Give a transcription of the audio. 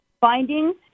Findings